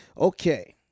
Okay